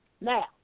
Now